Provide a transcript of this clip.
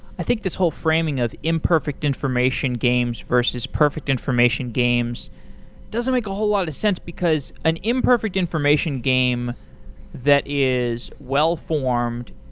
i think this whole framing of imperfect information games versus perfect information games doesn't make a whole lot of sense because an imperfect information game that is well-formed,